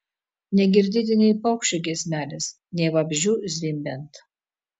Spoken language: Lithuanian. negirdėti nei paukščio giesmelės nei vabzdžių zvimbiant